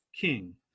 king